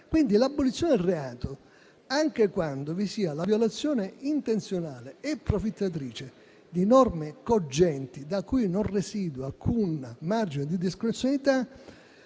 L'abolizione del reato, anche quando vi sia la violazione intenzionale e profittatrice di norme cogenti da cui non residua alcun margine di discrezionalità,